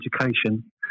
education